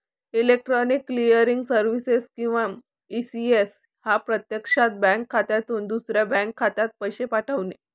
electronic clearing services किंवा ECS हा प्रत्यक्षात बँक खात्यातून दुसऱ्या बँक खात्यात पैसे पाठवणे